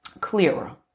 clearer